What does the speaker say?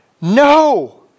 no